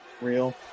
Real